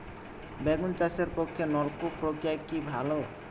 বেগুন চাষের পক্ষে নলকূপ প্রক্রিয়া কি ভালো?